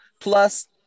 plus